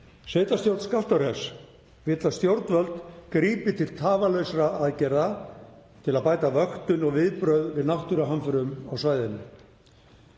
Sveitarstjórn Skaftárhrepps vill að stjórnvöld grípi til tafarlausra aðgerða til að bæta vöktun og viðbrögð við náttúruhamförum á svæðinu.